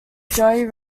joey